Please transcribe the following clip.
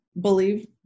believe